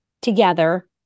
together